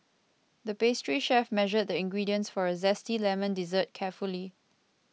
the pastry chef measured the ingredients for a Zesty Lemon Dessert carefully